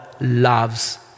loves